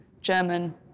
German